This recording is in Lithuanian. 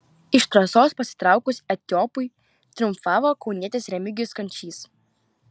iš trasos pasitraukus etiopui triumfavo kaunietis remigijus kančys